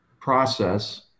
process